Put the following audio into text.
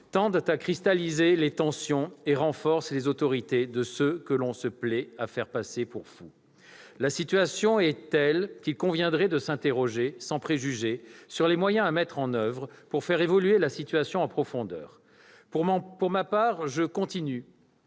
tendent à cristalliser les tensions et renforcent l'autorité de ceux que l'on se plaît à faire passer pour « fous ». La situation est telle qu'il conviendrait de s'interroger, sans préjugés, sur les moyens à mettre en oeuvre pour la faire évoluer en profondeur. Pour ma part, je continue